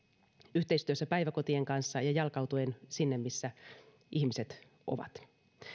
yhteistyössä päiväkotien kanssa ja jalkautuen sinne missä ihmiset ovat